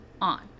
on